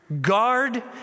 Guard